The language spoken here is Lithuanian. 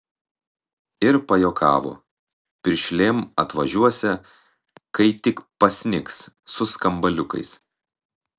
ir pajuokavo piršlėm atvažiuosią kai tik pasnigs su skambaliukais